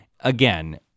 again